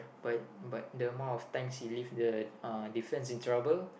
but but the amount of times he leave the uh defence in trouble